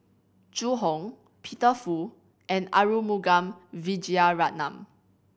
Zhu Hong Peter Fu and Arumugam Vijiaratnam